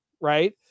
right